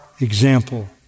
example